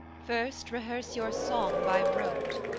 first, rehearse your song by rote,